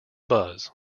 buzz